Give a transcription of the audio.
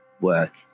work